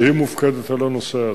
שהיא מופקדת על הנושא הזה.